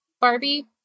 barbie